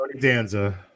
Danza